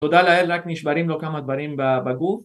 תודה לאל רק נשברים לו כמה דברים בגוף